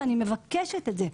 ואני מבקשת את זה.